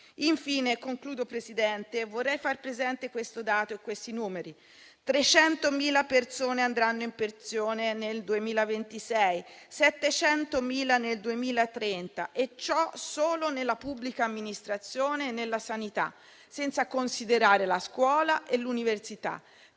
Infine, signor Presidente, vorrei far presente il seguente dato e i seguenti numeri: 300.000 persone andranno in pensione nel 2026, 700.000 nel 2030, e ciò solo nella pubblica amministrazione e nella sanità, senza considerare la scuola e l'università.